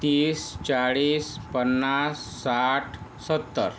तीस चाळीस पन्नास साठ सत्तर